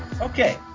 Okay